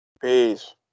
Peace